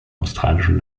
australischen